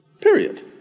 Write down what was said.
Period